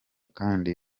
kandi